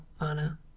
Anna